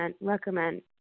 recommend